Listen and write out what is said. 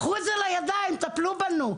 קחו את זה לידיים ותטפלו בנו.